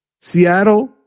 Seattle